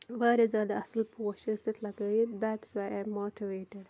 واریاہ زیادٕ اَصٕل پوش ٲسۍ تَتہِ لَگٲوِتھ that is why I am motivated